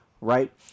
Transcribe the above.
right